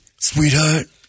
sweetheart